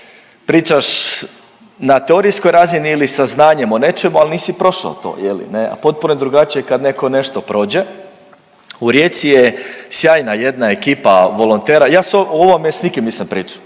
pričaš na teorijskoj razini ili sa znanjem o nečemu ali nisi prošao to, a potpuno je drugačije kad neko nešto prođe. U Rijeci je sjajna jedna ekipa volontera, ja o ovome s nikim nisam pričao,